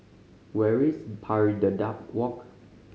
where is Pari Dedap Walk